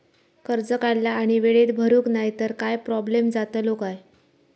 कर्ज काढला आणि वेळेत भरुक नाय तर काय प्रोब्लेम जातलो काय?